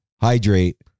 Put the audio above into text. Hydrate